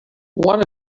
one